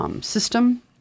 system